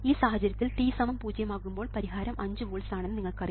ഈ സാഹചര്യത്തിൽ t 0 ആകുമ്പോൾ പരിഹാരം 5 വോൾട്സ് ആണെന്ന് നിങ്ങൾക്കറിയാം